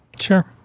sure